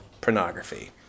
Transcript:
pornography